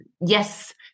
Yes